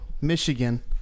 Michigan